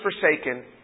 forsaken